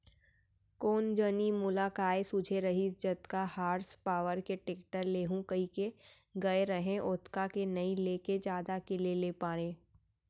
कोन जनी मोला काय सूझे रहिस जतका हार्स पॉवर के टेक्टर लेहूँ कइके गए रहेंव ओतका के नइ लेके जादा के ले पारेंव